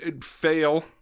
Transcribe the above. fail